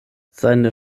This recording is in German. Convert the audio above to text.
seine